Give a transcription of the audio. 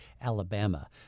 Alabama